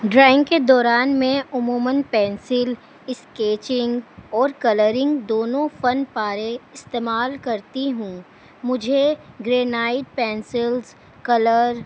drawing کے دوران میں عموماً پینسل اسکیچنگ اور کلرنگ دونوں فن پارے استعمال کرتی ہوں مجھے گرینائٹ پینسلس کلر